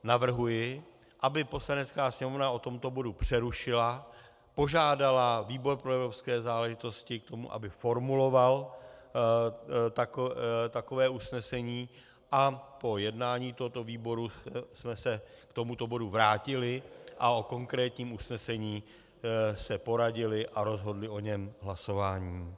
Navrhuji ale, aby Poslanecká sněmovna tento bod přerušila, požádala výbor pro evropské záležitosti o to, aby formuloval takové usnesení, a po jednání tohoto výboru jsme se k tomuto bodu vrátili a o konkrétním usnesení se poradili a rozhodli o něm hlasováním.